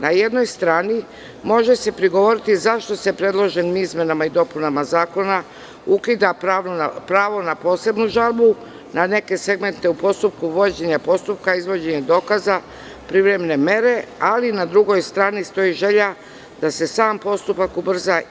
Na jednoj strani može se prigovoriti zašto se predloženim izmenama i dopunama zakona ukida pravo na posebnu žalbu, na neke segmente u postupku vođenja postupka, izvođenja dokaza, privremene mere, ali na drugoj strani postoji želja da se sam postupak ubrza.